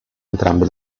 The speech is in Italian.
entrambe